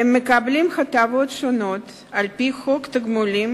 והם מקבלים הטבות שונות על-פי חוק תגמולים